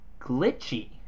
glitchy